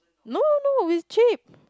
no no no is cheap